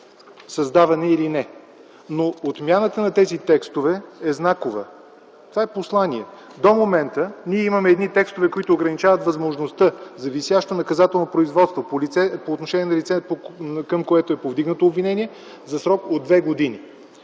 създаване или не, но отмяната на тези текстове е знакова. Това е послание. До момента имаме едни текстове, които ограничават възможността за висящо наказателно производство по отношение на лице, към което е повдигнато обвинение, за срок от две години.